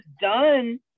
done